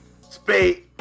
Spade